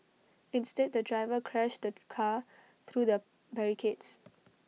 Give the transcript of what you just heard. instead the driver crashed the car through the barricades